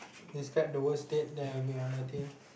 describe the worst date that we have nothing